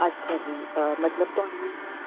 ਅੱਛਾ ਜੀ ਮਤਲਬ ਤੁਹਾਨੂੰ